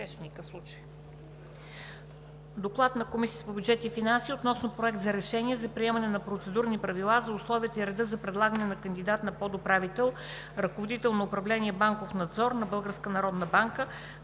„ДОКЛАД на Комисията по бюджет и финанси относно Проект за решение за приемане на процедурни правила за условията и реда за предлагане на кандидат на подуправител, ръководител на управление „Банков надзор“ на